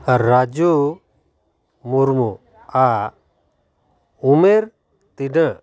ᱨᱟᱡᱩ ᱢᱩᱨᱢᱩ ᱟᱜ ᱩᱢᱮᱨ ᱛᱤᱱᱟᱹᱜ